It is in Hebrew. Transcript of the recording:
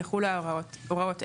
יחולו הוראות אלה: